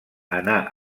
anà